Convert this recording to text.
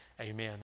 amen